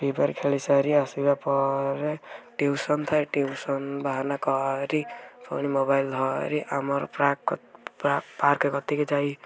free fire ଖେଳିସାରି ଆସିବା ପରେ ଟିଉସନ୍ ଥାଏ ଟିଉସନ୍ ବାହାନାକରି ପୁଣି ମୋବାଇଲ୍ ଧରି ଆମର ପାକ ପାର୍କ୍ କତିକି ଯାଇ